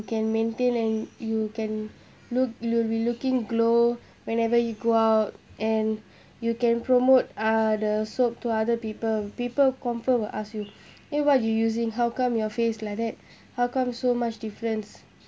can maintain and you can look you'll be looking glow whenever you go out and you can promote uh the soap to other people people confirm will ask you eh what you using how come your face like that how come so much difference